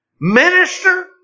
minister